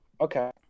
Okay